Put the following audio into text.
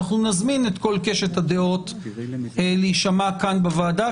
נזמין את כל קשת הדעות להישמע כאן בוועדה.